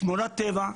שמורת טבע,